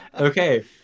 Okay